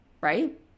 right